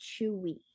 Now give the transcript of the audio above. chewy